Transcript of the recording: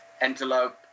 antelope